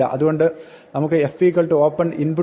അതുകൊണ്ട് നമുക്ക് f open"input